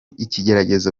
igitekerezo